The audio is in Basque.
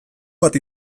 bat